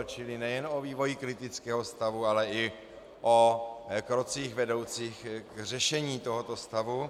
Čili nejen o vývoji kritického stavu, ale i o krocích vedoucích k řešení tohoto stavu.